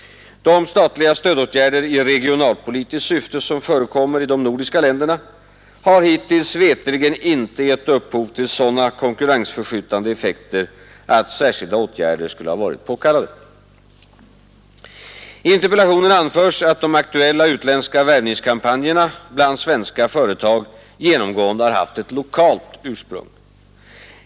De statliga stödåtgärder i regionalpolitiskt syfte som förekommer i de nordiska länderna har hittills veterligen inte gett upphov till sådana konkurrensförskjutande effekter att särskilda åtgärder skulle ha varit påkallade. I interpellationen anförs att de aktuella utländska värvningskampanjerna bland svenska företag genomgående har haft ett lokalt ursprung.